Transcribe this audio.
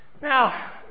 Now